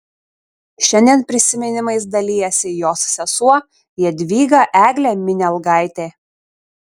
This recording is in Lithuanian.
šiandien prisiminimais dalijasi jos sesuo jadvyga eglė minialgaitė